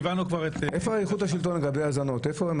איפה התנועה לאיכות השלטון לגבי ההאזנות?